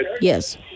Yes